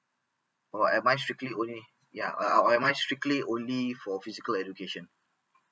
or am I strictly only ya or am am I strictly only for physical education